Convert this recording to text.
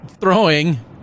throwing –